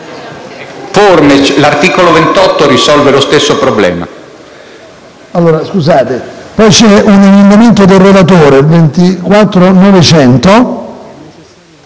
l'articolo 28 risolve lo stesso problema.